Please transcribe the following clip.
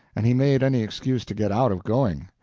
and he made any excuse to get out of going.